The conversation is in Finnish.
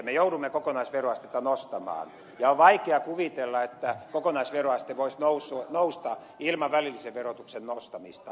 me joudumme kokonaisveroastetta nostamaan ja on vaikea kuvitella että kokonaisveroaste voisi nousta ilman välillisen verotuksen nostamista